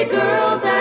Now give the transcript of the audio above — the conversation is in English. girls